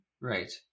Right